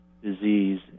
disease